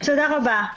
בסדר גמור.